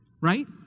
Right